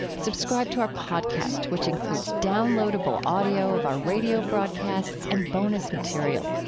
subscribe to our podcast, which includes downloadable audio of our radio broadcasts and bonus material.